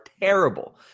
terrible